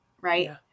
right